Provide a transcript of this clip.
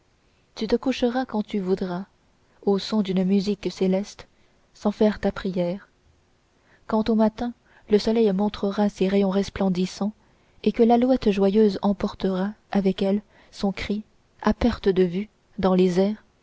tu te coucheras quand tu voudras au son d'une musique céleste sans faire ta prière quand au matin le soleil montrera ses rayons resplendissants et que l'alouette joyeuse emportera avec elle son cri à perte de vue dans les airs